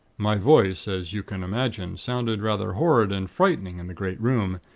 my voice, as you can imagine, sounded rather horrid and frightening in the great room,